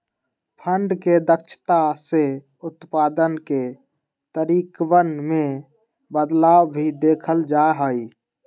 fund के दक्षता से उत्पाद के तरीकवन में बदलाव भी देखल जा हई